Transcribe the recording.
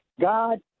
God